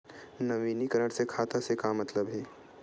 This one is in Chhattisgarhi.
नवीनीकरण से खाता से का मतलब हे?